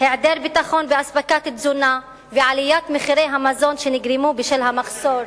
היעדר ביטחון ואספקת תזונה ועליית מחירי המזון שנגרמו בשל המחסור,